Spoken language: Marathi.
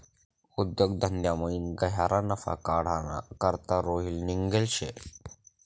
उद्योग धंदामयीन गह्यरा नफा काढाना करता रोहित निंघेल शे